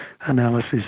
analysis